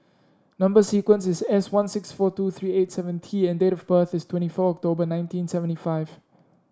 number sequence is S one six four two three eight seven T and date of birth is twenty four October nineteen seventy five